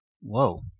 Whoa